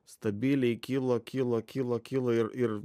stabiliai kilo kilo kilo kilo ir ir